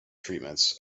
treatments